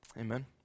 Amen